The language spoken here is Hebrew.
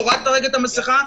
הורדת רגע את המסכה,